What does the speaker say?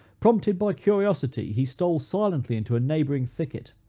prompted by curiosity, he stole silently into a neighboring thicket,